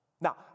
Now